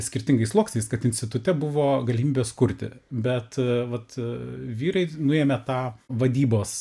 skirtingais sluoksniais kad institute buvo galimybės kurti bet a vat a vyrai nuėmė tą vadybos